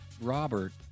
robert